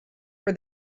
for